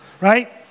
right